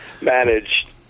managed